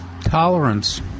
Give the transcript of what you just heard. tolerance